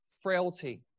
frailty